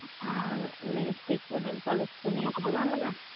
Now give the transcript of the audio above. ᱟᱨ lipstick ᱠᱚ nail polish ᱠᱚ ᱱᱤᱭᱟᱹ ᱠᱚᱫᱚ ᱵᱟᱝ ᱞᱟᱜᱟᱜᱼᱟ